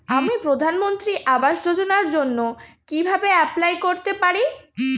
আমি প্রধানমন্ত্রী আবাস যোজনার জন্য কিভাবে এপ্লাই করতে পারি?